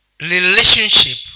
relationship